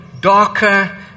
darker